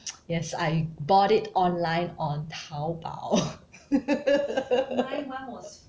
yes I bought it online on Taobao